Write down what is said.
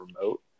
remote